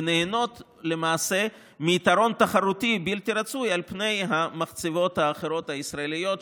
ונהנות למעשה מיתרון תחרותי בלתי רצוי על פני המחצבות הישראליות האחרות,